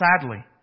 Sadly